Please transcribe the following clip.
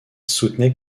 soutenait